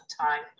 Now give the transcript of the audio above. time